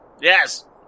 Yes